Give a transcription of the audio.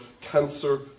cancer